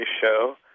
show